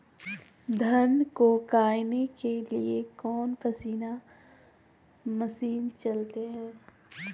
धन को कायने के लिए कौन मसीन मशीन चले?